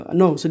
no